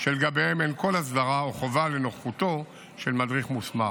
ולגביהם אין כל הסדרה או חובה לנוכחותו של מדריך מוסמך.